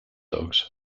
dogs